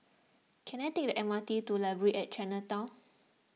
can I take the M R T to Library at Chinatown